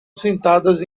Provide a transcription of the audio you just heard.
sentadas